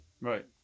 right